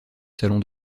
salon